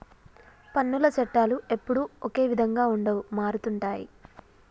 పన్నుల చట్టాలు ఎప్పుడూ ఒకే విధంగా ఉండవు మారుతుంటాయి